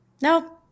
no